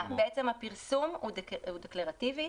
בעצם הפרסום הוא דקלרטיבי.